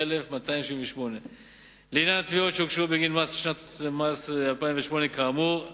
19,278. לעניין התביעות שהוגשו בגין שנת המס 2008 כאמור,